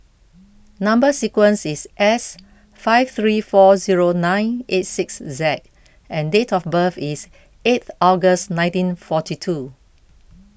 Number Sequence is S five three four zero nine eight six Z and date of birth is eighth August nineteen forty two